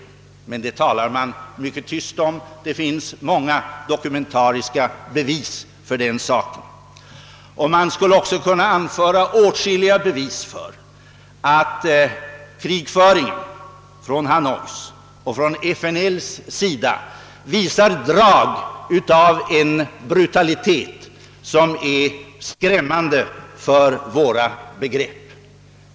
Men det talar man mycket tyst om, trots att det finns många dokumentariska bevis för denna aggression. Man skulle också kunna anföra åtskilliga bevis för att krigföringen från Hanois och FNL:s sida visar drag av en brutalitet som är skrämmande för våra begrepp.